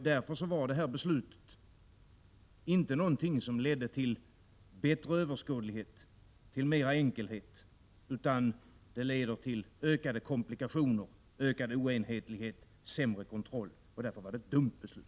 Därför var riksdagens beslut i höstas inte någonting som leder till bättre överskådlighet och större enkelhet, utan det leder till ökade komplikationer, ökad oenhetlighet och sämre kontroll. Därför var det ett dumt beslut.